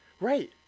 Right